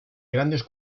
grandes